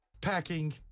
packing